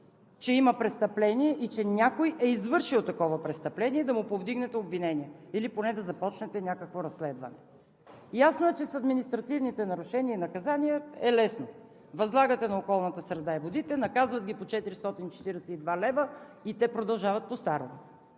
че има престъпление и че някой е извършил такова престъпление и да му повдигнете обвинение или поне да започнете някакво разследване? Ясно е, че с административните нарушения и наказания е лесно – възлагате на Министерството на околната среда и водите, наказват ги по 442 лв. и те продължават по старому.